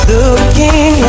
Looking